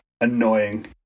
annoying